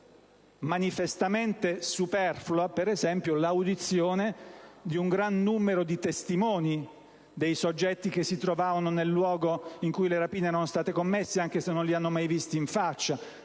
manifestamente superflua, per esempio, l'audizione di un gran numero di testimoni dei soggetti che si trovavano nel luogo in cui le rapine erano state commesse, anche se non li hanno mai visti in faccia